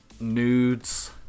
nudes